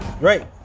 Right